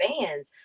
fans